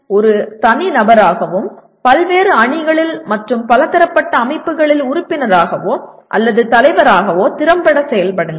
ஒரு தனிநபராகவும் பல்வேறு அணிகளில் மற்றும் பலதரப்பட்ட அமைப்புகளில் உறுப்பினராகவோ அல்லது தலைவராகவோ திறம்பட செயல்படுங்கள்